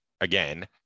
again